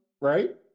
right